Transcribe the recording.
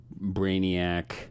Brainiac